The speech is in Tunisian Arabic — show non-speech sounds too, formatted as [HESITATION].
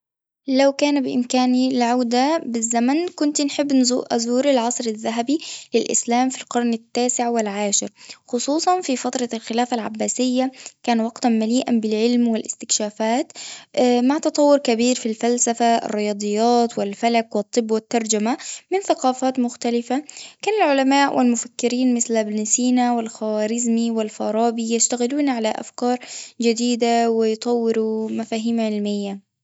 لو كان بإمكاني العودة بالزمن كنت نحب نزو- أزور العصر الذهبي للإسلام في القرن التاسع والعاشر، خصوصًا في فترة الخلافة العباسية كان وقتًا مليئًا بالعلم والاكتشافات [HESITATION] مع تطور كبير في الفلسفة الرياضيات والفلك والطب والترجمة من ثقافات مختلفة كان العلماء والمفكرين مثل ابن سينا والخوارزمي والفرابي يشتغلون على أفكار جديدة ويطوروا مفاهيم علمية.